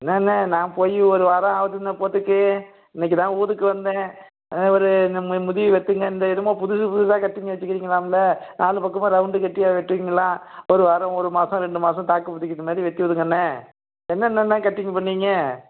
என்னாண்ணே நான் போய் ஒரு வாரம் ஆகுதுண்ண போர்ட்டுக்கு இன்றைக்கி தான் ஊருக்கு வந்தேன் ஒரு நம்ம முடி வெட்டுங்க அந்த என்னமோ புதுசு புதுசா கட்டிங் வெச்சுருக்கீங்களாம்ல நாலு பக்கமும் ரவுண்டு கட்டி அது வெட்டுவீங்களாம் ஒரு வாரம் ஒரு மாதம் ரெண்டு மாதம் தாக்குப் புடிக்கற மாதிரி வெட்டி விடுங்கண்ணே என்னென்னல்லாம் கட்டிங் பண்ணுவீங்க